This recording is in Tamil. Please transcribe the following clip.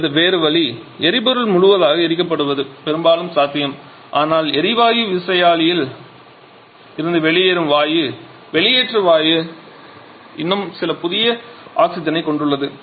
அல்லது வேறு வழி எரிபொருள் முழுவதுமாக எரிக்கப்படுவது பெரும்பாலும் சாத்தியம் ஆனால் எரிவாயு விசையாழியில் இருந்து வெளியேறும் வாயு வெளியேற்ற வாயு இன்னும் சில புதிய ஆக்ஸிஜனைக் கொண்டுள்ளது